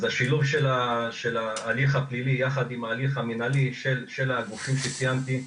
אז השילוב של ההליך הפלילי יחד עם ההליך המינהלי של הגופים שציינתי,